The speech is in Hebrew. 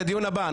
זה דיון הבא,